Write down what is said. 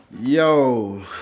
yo